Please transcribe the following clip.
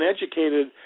uneducated